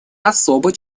особой